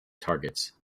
targets